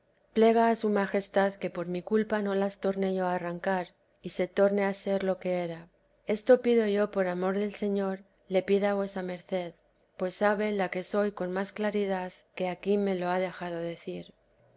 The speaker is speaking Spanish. plega a su majestad que por mi culpa no las torne yo a arrancar y se torne a ser lo que era esto pido yo por amor del señor le pida vuesa merced pues sabe la que soy con más claridad que aquí me lo ha dejado decir